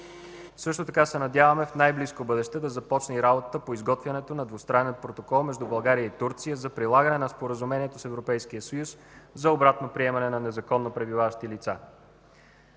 Също така се надяваме в най-близко бъдеще да започне и работата по изготвянето на двустранен протокол между България и Турция за прилагане на Споразумението с Европейския съюз за обратно приемане на незаконно пребиваващи лица.